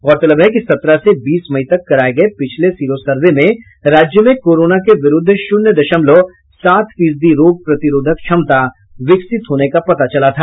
गौरतलब है कि सत्रह से बीस मई तक कराये गये पिछले सीरो सर्वे मे राज्य में कोरोना के विरूद्ध शून्य दशमलव सात फीसदी रोग प्रतिरोधक क्षमता विकसित होने का पता चला था